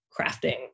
crafting